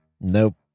Nope